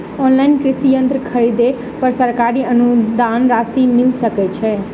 Online कृषि यंत्र खरीदे पर सरकारी अनुदान राशि मिल सकै छैय?